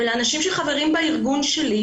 ועל האנשים שחברים בארגון שלי,